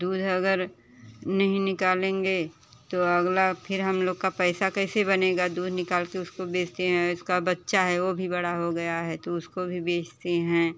दूध अगर नहीं निकालेंगे तो अगला फिर हम लोग का पैसा कैसे बनेगा दूध निकाल के उसको बेचते हैं उसका बच्चा है वो भी बड़ा हो गया है तो उसको भी बेचते हैं